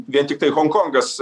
vien tiktai honkongas